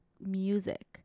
music